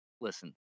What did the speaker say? listen